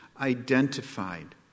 identified